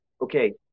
okay